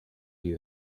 you